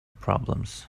problems